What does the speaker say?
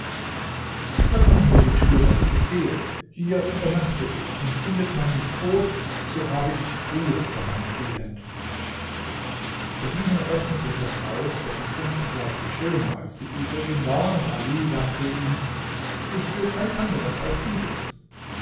öffne nur die tür daß ich es sehe hier übernachte ich und findet man mich tot so habe ich ruhe vor meinem elend der diener öffnete das haus welches unvergleichlich schöner als die übrigen war und ali sagte ihm ich will kein anderes als dieses